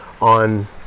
on